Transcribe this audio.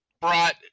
brought